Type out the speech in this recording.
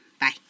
Bye